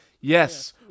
Yes